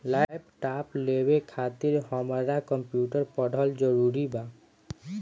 Laptop लेवे खातिर हमरा कम्प्युटर पढ़ल जरूरी बा?